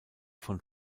von